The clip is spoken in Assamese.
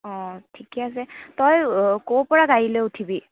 অঁ ঠিকে আছে তই ক'ৰ পৰা গাড়ীলৈ উঠিবি